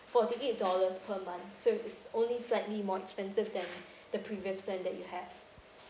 forty eight dollars per month so it's only slightly more expensive than the previous plan that you have